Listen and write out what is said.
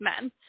men